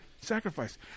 Sacrifice